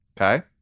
okay